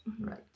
Right